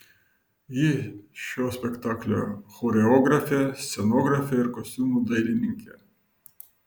ji šio spektaklio choreografė scenografė ir kostiumų dailininkė